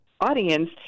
audience